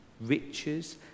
Riches